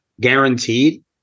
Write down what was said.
guaranteed